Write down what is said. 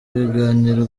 ibiganiro